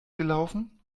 gelaufen